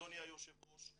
אדוני היושב ראש,